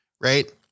right